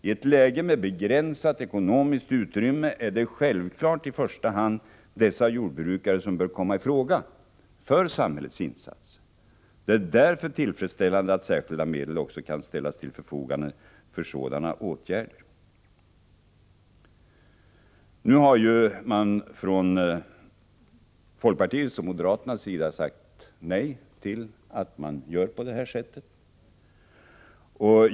I ett läge med begränsat ekonomiskt utrymme är det självklart i första hand sådana jordbrukare som bör komma i fråga för samhällets insatser. Det är därför tillfredsställande att särskilda medel också kan ställas till förfogande för sådana åtgärder. Nu har man från folkpartiets och moderata samlingspartiets sida sagt nej till att göra på det här sättet.